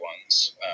ones